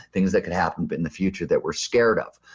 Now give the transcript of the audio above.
things that could happen but in the future that we're scared of.